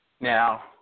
Now